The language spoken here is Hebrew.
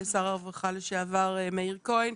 שר הרווחה לשעבר מאיר כהן.